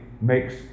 makes